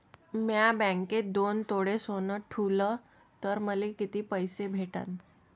म्या बँकेत दोन तोळे सोनं ठुलं तर मले किती पैसे भेटन